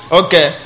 okay